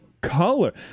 color